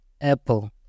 Apple